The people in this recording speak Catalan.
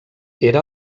era